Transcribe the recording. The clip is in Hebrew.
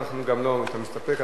אתה מסתפק,